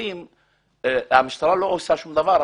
אומרים שהמשטרה לא עושה שום דבר,